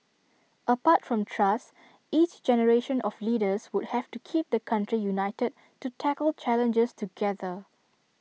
apart from trust each generation of leaders would have to keep the country united to tackle challenges together